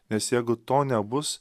nes jeigu to nebus